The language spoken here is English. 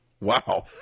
Wow